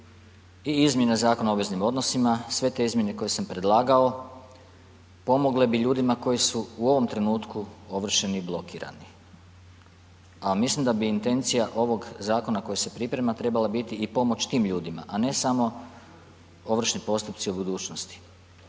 i izmjene Zakona o obveznim odnosima, sve te izmjene koje sam predlagao, pomogle bi ljudima koji su u ovom trenutku ovršeni i blokirani, a mislim da bi intencija ovog zakona koji se priprema, trebala biti i pomoć tim ljudima, a ne samo ovršni postupci u budućnosti.